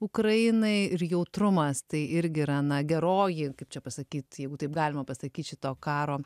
ukrainai ir jautrumas tai irgi yra na geroji kaip čia pasakyt jeigu taip galima pasakyt šito karo